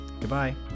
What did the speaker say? Goodbye